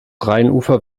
rheinufer